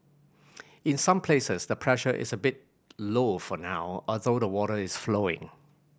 in some places the pressure is a bit low for now although the water is flowing